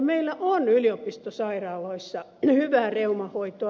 meillä on yliopistosairaaloissa hyvää reuman hoitoa